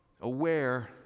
aware